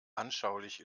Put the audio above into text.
anschaulich